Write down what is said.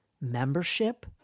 membership